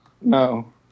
No